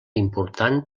important